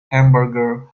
hamburger